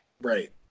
Right